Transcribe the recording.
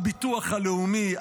הביטוח הלאומי,